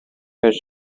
has